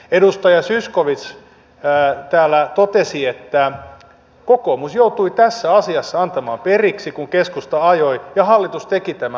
edustaja zyskowicz täällä totesi että kokoomus joutui tässä asiassa antamaan periksi kun keskusta ajoi ja hallitus teki tämän arvovalinnan